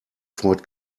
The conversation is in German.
freut